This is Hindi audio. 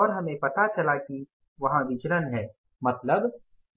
और हमें पता चला कि वहाँ विचलन है मतलब